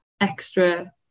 extra